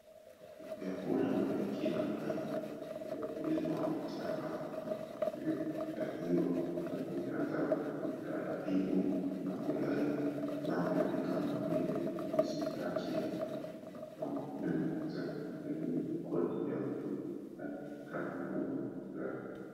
Vyakula vya kila aina vya kuliwa mitaani vimeandaliwa na kutandazwa kwa utaratibu na ulaini, navyo ni kama vile mishikaki. Mwanaume mmoja aliye na koti ya bluu anaonekana kula ugali.